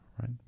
right